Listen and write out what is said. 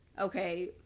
okay